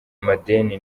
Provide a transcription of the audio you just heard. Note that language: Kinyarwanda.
madeni